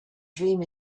dream